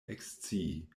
ekscii